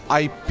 IP